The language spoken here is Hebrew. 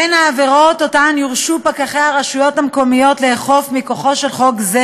בין העבירות שפקחי הרשויות המקומיות יורשו לאכוף מכוחו של חוק זה: